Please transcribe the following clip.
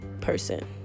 person